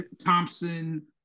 Thompson